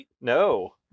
No